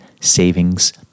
savings